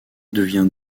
devient